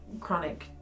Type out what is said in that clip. chronic